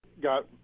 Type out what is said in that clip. got